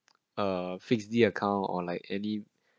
uh fixed d account or like any